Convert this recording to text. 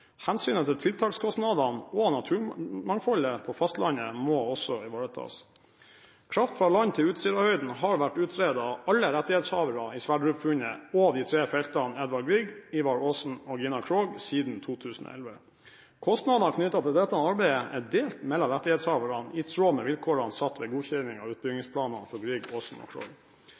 Hensynet til tiltakskostnadene og naturmangfoldet på fastlandet må også ivaretas. Kraft fra land til Utsirahøyden har vært utredet av alle rettighetshavere i Sverdrup-funnet og de tre feltene Edvard Grieg, Ivar Aasen og Gina Krog siden 2011. Kostnadene knyttet til dette arbeidet er delt mellom rettighetshaverne i tråd med vilkårene satt ved godkjenning av utbyggingsplanene for Grieg, Aasen og